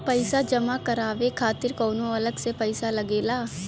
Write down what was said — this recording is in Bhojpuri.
पईसा जमा करवाये खातिर कौनो अलग से पईसा लगेला?